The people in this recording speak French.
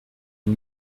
une